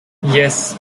yes